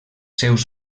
seus